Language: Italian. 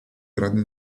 grande